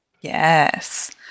Yes